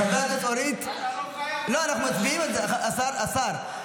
אתה לא חייב --- אנחנו מצביעים על זה, השר.